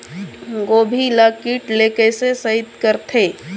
गोभी ल कीट ले कैसे सइत करथे?